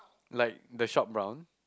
like the shop brown